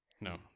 No